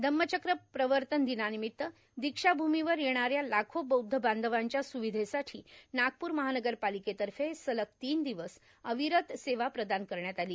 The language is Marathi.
धम्मचक्र प्रवर्तन दिनानिमित्त दीक्षाभूमीवर येणा या लाखो बौदध बांधवांच्या स्विधेसाठी नागपूर महानगरपालिकेतर्फे सलग तीन दिवस अविरत सेवा प्रदान करण्यात आली